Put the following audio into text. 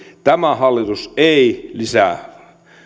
tämä hallitus ei lisää